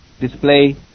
display